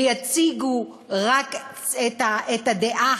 ויציגו רק את הדעה